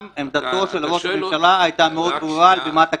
גם עמדתו של ראש הממשלה היתה מאוד ברורה על במת הכנסת.